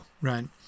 right